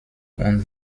und